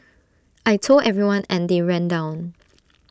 I Told everyone and they ran down